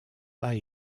pas